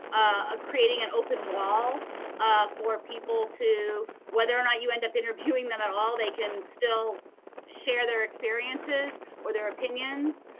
ah creating an open wall for people to whether or not you end up interviewing them at all, they can still share their experiences, or their opinions.